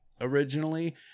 originally